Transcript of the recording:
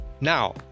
Now